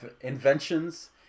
inventions